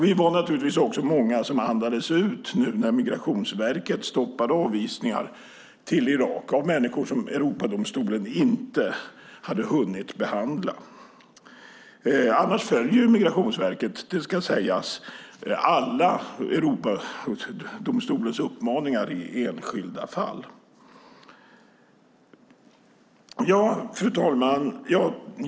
Vi var naturligtvis också många som andades ut nu när Migrationsverket stoppade avvisningar av människor till Irak, människor vilkas fall Europadomstolen inte hade hunnit behandla. Annars följer Migrationsverket - det ska sägas - Europadomstolens alla uppmaningar i enskilda fall. Fru talman!